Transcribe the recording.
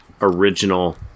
original